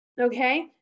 Okay